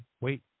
wait